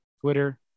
Twitter